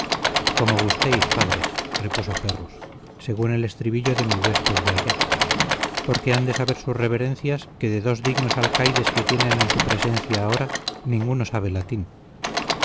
como gustéis padres repuso ferrus según el estribillo de mi huésped de ayer porque han de saber sus reverencias que de dos dignos alcaides que tienen en su presencia ahora ninguno sabe latín